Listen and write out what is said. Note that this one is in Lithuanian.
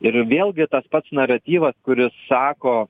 ir vėlgi tas pats naratyvas kuris sako